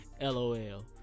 LOL